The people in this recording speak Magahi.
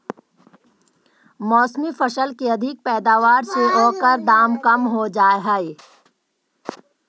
मौसमी फसल के अधिक पैदावार से ओकर दाम कम हो जाऽ हइ